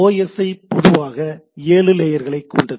OSI பொதுவாக ஏழு லேயர்களைக் கொண்டது